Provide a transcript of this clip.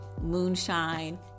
Moonshine